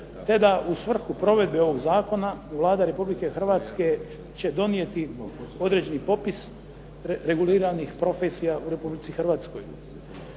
te da u svrhu provedbe ovog zakona Vlada Republike Hrvatske će donijeti određeni propis reguliranih profesija u Republici Hrvatskoj.